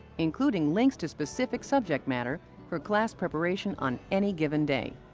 including links to specific subject matter for class preparation on any given day.